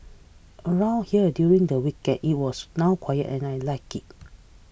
around here during the weekend it was now quiet and I like it